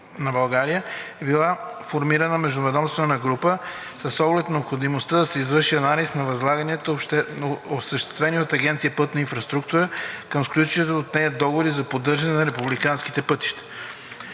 България е била формирана междуведомствена група с оглед необходимостта да се извърши анализ на възлаганията, осъществени от Агенция „Пътна инфраструктура“, към сключените от нея договори за поддържане на републиканските пътища.